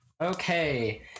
Okay